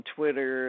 Twitter